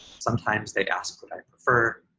sometimes they'd ask what i'd prefer,